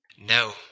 No